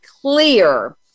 clear